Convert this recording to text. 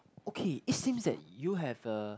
okay it seems that you have a